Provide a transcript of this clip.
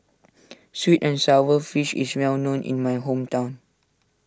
Sweet and Sour Fish is well known in my hometown